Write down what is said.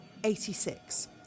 86